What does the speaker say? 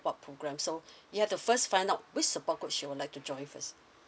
what program so you have to first find out which support group you would like to join first